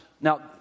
Now